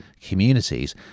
communities